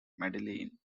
madeline